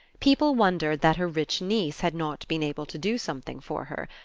people wondered that her rich niece had not been able to do something for her.